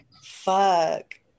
fuck